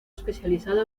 especializado